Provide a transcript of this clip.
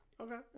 okay